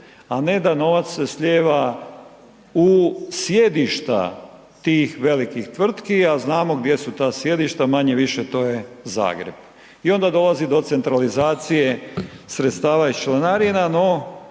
a ne da novac se slijeva u sjedišta tih velikih tvrtki, a znamo gdje su ta sjedišta, manje-više to je Zagreb. I onda dolazi do centralizacije sredstava iz članarina, no